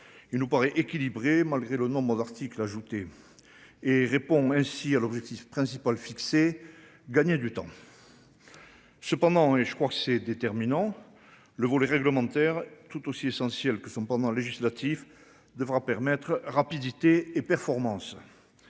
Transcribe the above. Il nous paraît équilibré malgré le nombres d'articles ajoutés. Et répond ainsi à l'objectif principal fixé gagner du temps. Cependant, et je crois que c'est déterminant. Le vol réglementaire tout aussi essentiel que sont pendant législatif devra permettre rapidité et performances.